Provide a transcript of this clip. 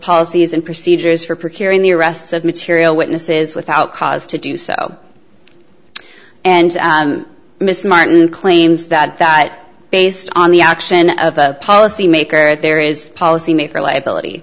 policies and procedures for procuring the arrests of material witnesses without cause to do so and miss martin claims that that based on the action of a policy maker if there is a policy maker liability